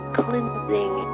cleansing